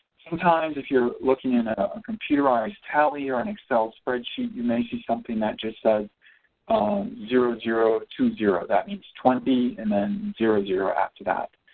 sometimes if you're looking at a computerized tally or an excel spreadsheet you may something that just said um zero zero two zero that means twenty and then zero zero after that,